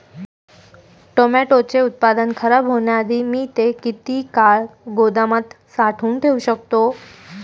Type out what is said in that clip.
टोमॅटोचे उत्पादन खराब होण्याआधी मी ते किती काळ गोदामात साठवून ठेऊ शकतो?